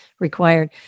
required